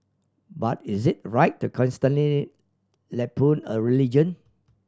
but is it right to constantly lampoon a religion